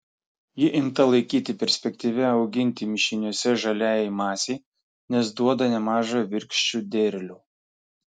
ji imta laikyti perspektyvia auginti mišiniuose žaliajai masei nes duoda nemažą virkščių derlių